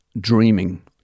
dreaming